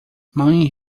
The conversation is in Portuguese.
mãe